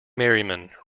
merriman